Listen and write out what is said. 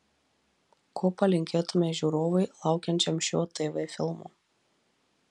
ko palinkėtumei žiūrovui laukiančiam šio tv filmo